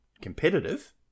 competitive